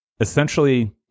essentially